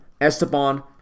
Esteban